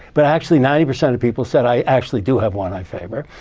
but actually, ninety percent of people said i actually do have one i favor.